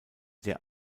der